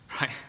Right